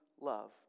love